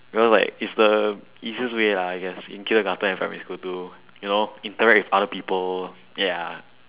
cause like is the easiest way lah I guess in kindergarten and primary school to you know interact with other people ya